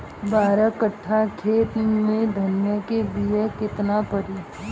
बारह कट्ठाखेत में धनिया के बीया केतना परी?